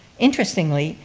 interestingly,